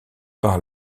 par